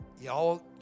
Y'all